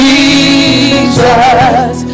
Jesus